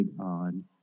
on